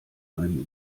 meinem